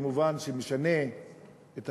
במובן שינוי כיוון,